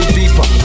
deeper